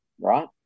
right